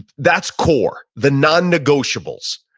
that's core, the non-negotiables.